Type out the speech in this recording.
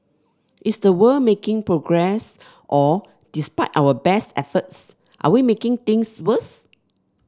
is the world making progress or despite our best efforts are we making things worse